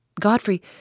Godfrey